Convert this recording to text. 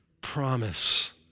promise